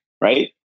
right